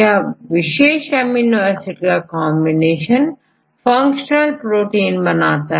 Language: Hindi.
यह विशेष एमिनो एसिड का कांबिनेशन फंक्शनल प्रोटीन बनाता है